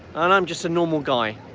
and i'm just a normal guy,